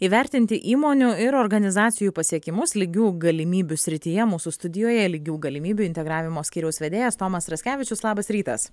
įvertinti įmonių ir organizacijų pasiekimus lygių galimybių srityje mūsų studijoje lygių galimybių integravimo skyriaus vedėjas tomas raskevičius labas rytas